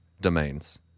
domains